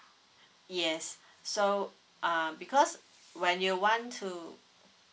yes so uh because when you want to